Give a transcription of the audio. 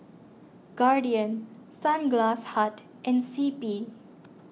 Guardian Sunglass Hut and C P